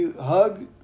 hug